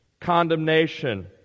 condemnation